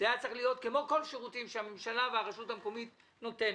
זה היה צריך להיות כמו כל השירותים שהממשלה והרשויות המקומיות נותנות.